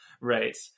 right